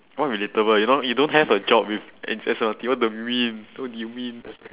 what relatable you don't you don't have a job with what do you mean what do you mean